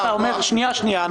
אחת מההסתייגויות רוב של המצביעים,